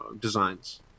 designs